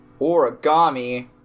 Origami